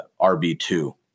RB2